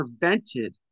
prevented